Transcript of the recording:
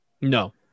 No